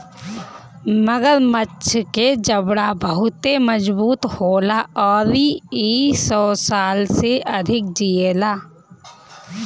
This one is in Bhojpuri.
मगरमच्छ के जबड़ा बहुते मजबूत होला अउरी इ सौ साल से अधिक जिएला